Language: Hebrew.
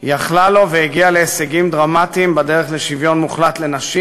יכלה לו והגיעה להישגים דרמטיים בדרך לשוויון מוחלט לנשים.